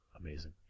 amazing